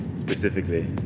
specifically